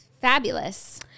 Fabulous